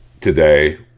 today